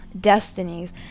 destinies